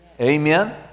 Amen